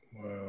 Wow